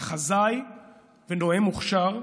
מחזאי ונואם מוכשר.